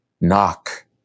Knock